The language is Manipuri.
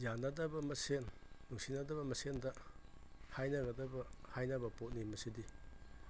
ꯌꯥꯅꯗꯕ ꯃꯁꯦꯟ ꯅꯨꯡꯁꯤꯅꯗꯕ ꯃꯁꯦꯟꯗ ꯍꯥꯏꯅꯒꯗꯕ ꯍꯥꯏꯅꯕ ꯄꯣꯠꯅꯤ ꯃꯁꯤꯗꯤ